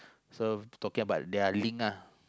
so talking about their link lah